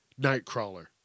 Nightcrawler